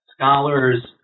scholars